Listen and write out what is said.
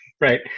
right